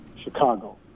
Chicago